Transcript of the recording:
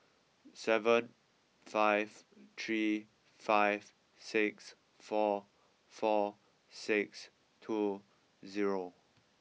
seven five three five six four four six two zero